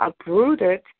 uprooted